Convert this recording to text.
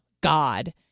God